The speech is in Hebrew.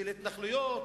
של התנחלויות,